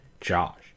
Josh